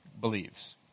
believes